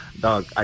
dog